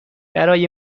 برای